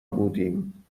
بودیم